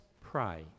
pray